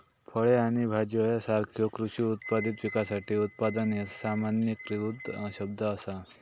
फळे आणि भाज्यो यासारख्यो कृषी उत्पादित पिकासाठी उत्पादन ह्या सामान्यीकृत शब्द असा